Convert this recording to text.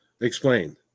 Explain